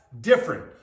different